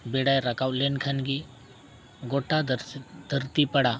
ᱵᱮᱲᱟᱭ ᱨᱟᱠᱟᱵ ᱞᱮᱱ ᱠᱷᱟᱱ ᱜᱮ ᱜᱚᱴᱟ ᱫᱷᱟᱹᱨᱛᱤ ᱯᱟᱲᱟ